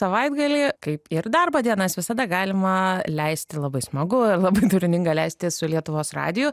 savaitgalį kaip ir darbo dienas visada galima leisti labai smagu labai turininga leisti su lietuvos radiju